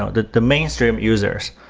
ah the the mainstream users.